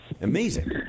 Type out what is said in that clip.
Amazing